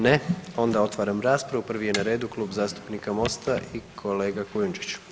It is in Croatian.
Ne, onda otvaram raspravu prvi je na redu Klub zastupnika MOST-a i kolega Kujundžić.